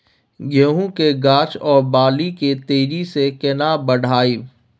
गेहूं के गाछ ओ बाली के तेजी से केना बढ़ाइब?